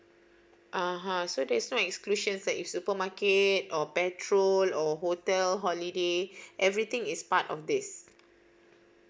(uh huh) so this one inclusion that is supermarket or petrol or hotel holiday everything is part of these